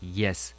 yes